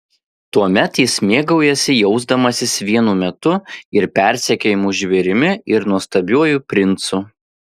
tuomet jis mėgaujasi jausdamasis vienu metu ir persekiojamu žvėrimi ir nuostabiuoju princu